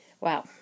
Wow